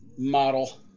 model